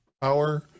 power